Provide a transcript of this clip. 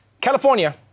California